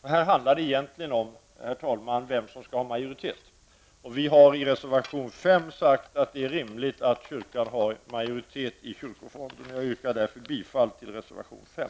Här handlar det egentligen, herr talman, om vem som skall ha majoritet. Vi har i reservation 5 sagt att det är rimligt att kyrkan har majoritet i kyrkofonden. Som sagt yrkar jag därför bifall till reservation 5.